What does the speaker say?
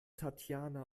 tatjana